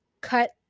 cut